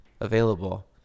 available